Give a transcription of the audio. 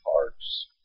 hearts